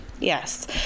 Yes